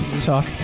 talk